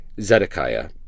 Zedekiah